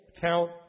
count